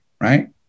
right